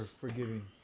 forgiving